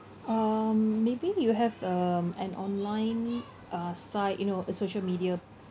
um maybe you have um an online uh site you know a social media